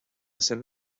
cent